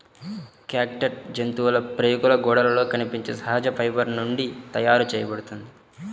catgut జంతువుల ప్రేగుల గోడలలో కనిపించే సహజ ఫైబర్ నుండి తయారు చేయబడుతుంది